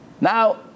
Now